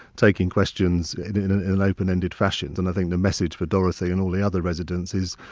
taking questions in an open ended fashion. and i think the message for dorothy and all the other residents is,